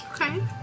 Okay